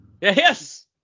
Yes